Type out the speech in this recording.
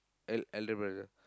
el~ elder brother